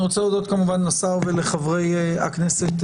אני רוצה להודות לשר ולחברי הכנסת.